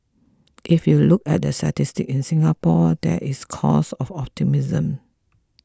if you look at the statistics in Singapore there is cause of optimism